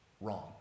wrong